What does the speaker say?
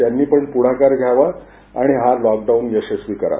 त्यांनी पण पुढाकार घ्यावा आणि हा लॉकडाऊन यशस्वी करावा